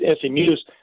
SMU's